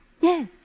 Yes